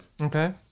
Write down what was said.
Okay